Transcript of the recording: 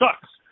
sucks